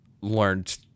learned